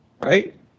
right